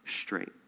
straight